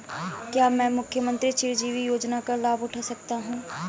क्या मैं मुख्यमंत्री चिरंजीवी योजना का लाभ उठा सकता हूं?